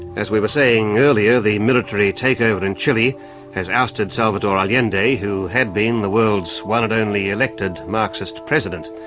as we were saying earlier, the military takeover in chile has ousted salvador allende who had been the world's one and only elected marxist president.